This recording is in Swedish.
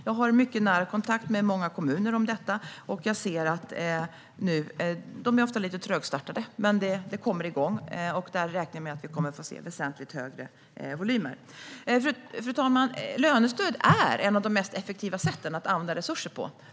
Jag har mycket nära kontakt med många kommuner om detta, och jag ser att de ofta är lite trögstartade. Men det kommer igång, och jag räknar med att vi kommer att få se väsentligt högre volymer när det gäller detta. Herr talman! Lönestöd är ett av de mest effektiva sätten att använda resurser på.